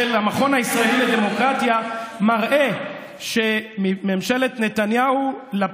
אבל הגרף של המכון הישראלי לדמוקרטיה מראה שממשלת נתניהו-לפיד-לבני,